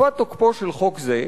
בתקופת תוקפו של חוק זה,